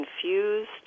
confused